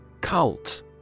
Cult